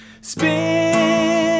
Spin